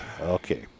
Okay